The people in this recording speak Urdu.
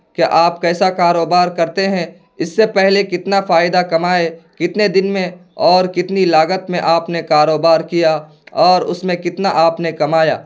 کہ آپ کیسا کاروبار کرتے ہیں اس سے پہلے کتنا فائدہ کمائے کتنے دن میں اور کتنی لاگت میں آپ نے کاروبار کیا اور اس میں کتنا آپ نے کمایا